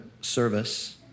service